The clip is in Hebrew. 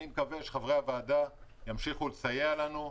אני מקווה שחברי הוועדה ימשיכו לסייע לנו.